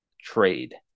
trade